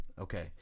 Okay